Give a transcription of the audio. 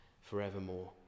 forevermore